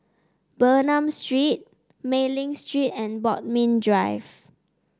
Bernam Street Mei Ling Street and Bodmin Drive